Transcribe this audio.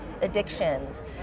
addictions